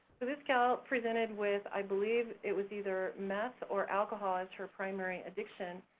this gal presented with, i believe it was either meth or alcohol as her primary addiction.